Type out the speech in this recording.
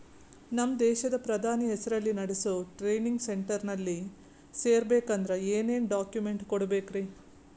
ನಮ್ಮ ದೇಶದ ಪ್ರಧಾನಿ ಹೆಸರಲ್ಲಿ ನೆಡಸೋ ಟ್ರೈನಿಂಗ್ ಸೆಂಟರ್ನಲ್ಲಿ ಸೇರ್ಬೇಕಂದ್ರ ಏನೇನ್ ಡಾಕ್ಯುಮೆಂಟ್ ಕೊಡಬೇಕ್ರಿ?